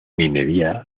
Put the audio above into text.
minería